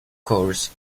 course